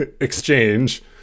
exchange